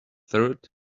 third